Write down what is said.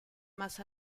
más